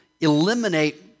eliminate